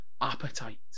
appetite